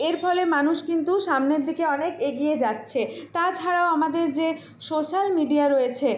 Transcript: এর ফলে মানুষ কিন্তু সামনের দিকে অনেক এগিয়ে যাচ্ছে তাছাড়াও আমাদের যে সোশ্যাল মিডিয়া রয়েছে